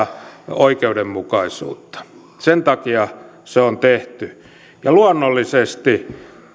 oikeudenmukaisuutta sen takia se on tehty ja luonnollisesti